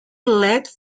led